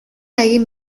egin